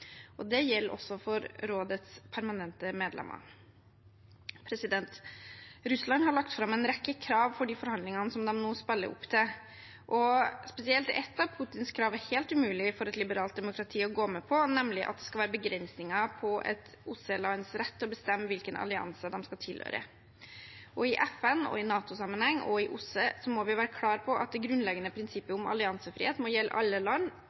Det gjelder også for rådets permanente medlemmer. Russland har lagt fram en rekke krav for de forhandlingene som de nå spiller opp til, og spesielt et av Putins krav er helt umulig for et liberalt demokrati å gå med på, nemlig at det skal være begrensninger på et OSSE-lands rett til å bestemme hvilke allianser det skal tilhøre. I FN- og NATO-sammenheng og i OSSE må vi være klar på at det grunnleggende prinsippet om alliansefrihet må gjelde alle land